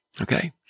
Okay